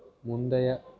முந்தைய